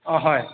অঁ হয়